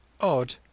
Odd